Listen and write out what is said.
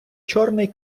чорний